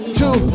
two